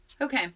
Okay